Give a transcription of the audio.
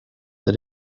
that